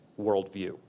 worldview